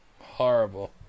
horrible